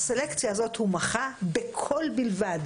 הוא מחה על הסלקציה הזאת בקול בלבד,